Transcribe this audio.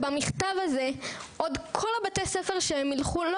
שבמכתב הזה כל בתי הספר שהן יילכו לא